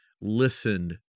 listened